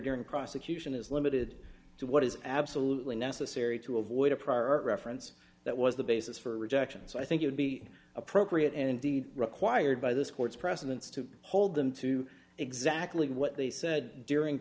during prosecution is limited to what is absolutely necessary to avoid a prior reference that was the basis for rejection so i think you'd be appropriate and indeed required by this court's precedents to hold them to exactly what they said during